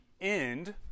end